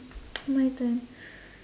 my turn